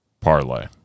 parlay